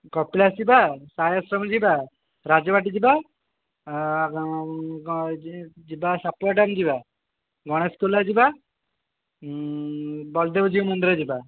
କପିଳାସ ଯିବା ସାଇ ଆଶ୍ରମ ଯିବା ରାଜବାଟୀ ଯିବା କ'ଣ ହେଇଛି ଯିବା ସାପୁଆ ଡ୍ୟାମ୍ ଯିବା ଗଣେଶ କୁଲା ଯିବା ବଳଦେବ ଜୀଉ ମନ୍ଦିର ଯିବା